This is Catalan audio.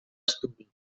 estudi